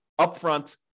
upfront